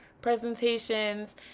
presentations